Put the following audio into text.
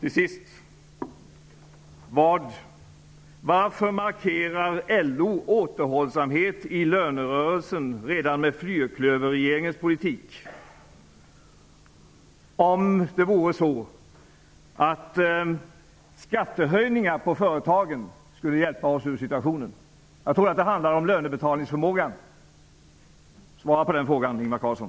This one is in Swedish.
Till sist: Varför markerar LO återhållsamhet i lönerörelsen redan med fyrklöverregeringens politik, om det vore så att skattehöjningar på företagen skulle hjälpa oss ur den svåra situationen? Jag tror att det handlar om lönebetalningsförmågan. Svara på den frågan, Ingvar Carlsson!